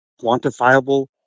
quantifiable